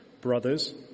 Brothers